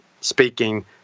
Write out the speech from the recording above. speaking